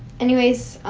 anyways,